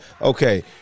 Okay